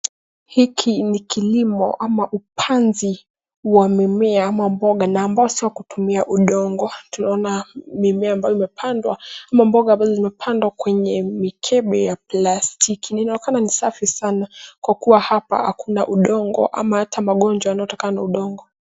Hiki ni kilimo ama upanzi wa mimea ama mboga na ambao swa kutumia udongo. Tunaona mimea ambayo imepandwa ama mboga ambazo zimepandwa kwenye mikebe ya plastiki. Inaonekana ni safi sana kwa kuwa hapa hakuna udongo ama hata magonjwa yanayotokana na udongo.